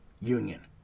union